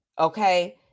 okay